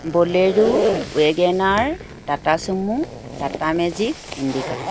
bolero Wagon R Tata sumo Tata magic Indica